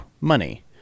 money